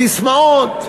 ססמאות.